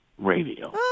radio